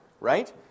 right